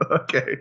Okay